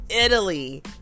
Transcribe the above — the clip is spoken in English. Italy